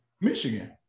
Michigan